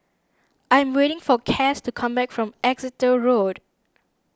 I am waiting for Cass to come back from Exeter Road